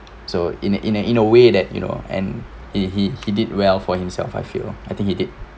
so in a in a in a way that you know and he he he did well for himself I've failed I think he did